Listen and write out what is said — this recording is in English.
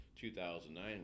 2009